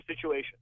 situation